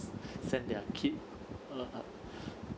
sent their kid uh ugh